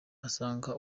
asanga